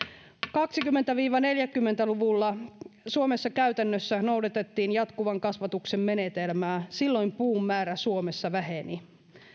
kaksikymmentä viiva neljäkymmentä luvuilla suomessa käytännössä noudatettiin jatkuvan kasvatuksen menetelmää silloin puun määrä suomessa väheni